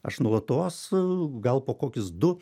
aš nuolatos gal po kokius du